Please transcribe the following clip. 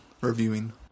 reviewing